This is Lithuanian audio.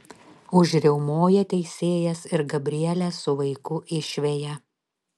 užriaumoja teisėjas ir gabrielę su vaiku išveja